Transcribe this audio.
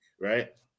right